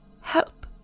Help